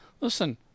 listen